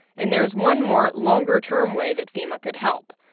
and there is one more longer-term way that fema could help.